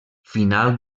final